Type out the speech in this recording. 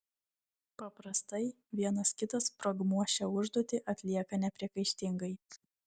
paprastai vienas kitas sprogmuo šią užduotį atlieka nepriekaištingai